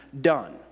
done